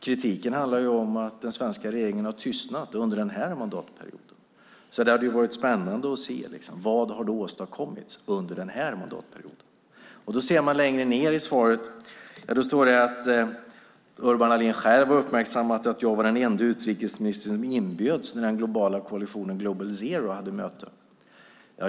Kritiken handlar ju om att den svenska regeringen har tystnat under den här mandatperioden. Det hade varit spännande att se vad som har åstadkommits under den här mandatperioden. Längre ned i svaret ser man att det står att Urban Ahlin "har själv uppmärksammat att jag var den ende utrikesminister som inbjöds när den globala koalitionen Global Zero" hade möte.